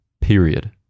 period